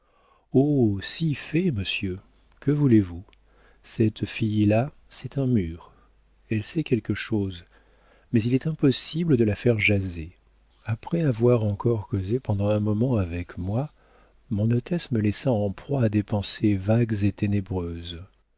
si fait monsieur que voulez-vous cette fille-là c'est un mur elle sait quelque chose mais il est impossible de la faire jaser après avoir encore causé pendant un moment avec moi mon hôtesse me laissa en proie à des pensées vagues et ténébreuses